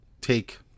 take